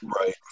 Right